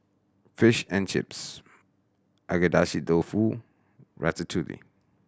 Fish and Chips Agedashi Dofu Ratatouille